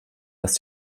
dass